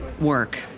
work